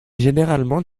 généralement